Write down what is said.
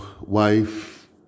wife